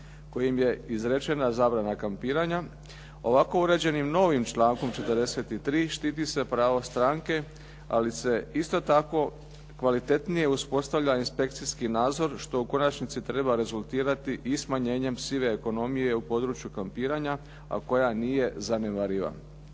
kojim je izrečena zabrana kampiranja. Ovako uređenim novim člankom 43. štiti se pravo stranke, ali se isto tako kvalitetnije uspostavlja inspekcijski nadzor, što u konačnici treba rezultirati i smanjenjem sive ekonomije u području kampiranja, a koja nije zanemariva.